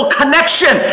connection